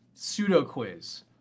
pseudo-quiz